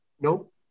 Nope